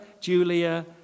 Julia